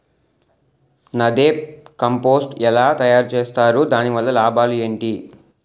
NADEP compost ఎలా తయారు చేస్తారు? దాని వల్ల లాభాలు ఏంటి?